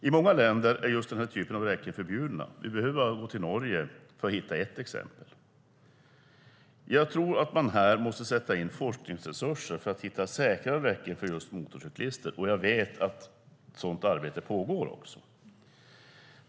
I många länder är just denna typ av räcken förbjuden. Vi behöver bara gå till Norge för att hitta ett exempel. Jag tror att man måste sätta in forskningsresurser för att hitta säkrare räcken för just motorcyklister. Jag vet att sådant arbete pågår.